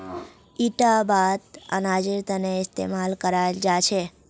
इटा बात अनाजेर तने इस्तेमाल कराल जा छे